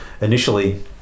initially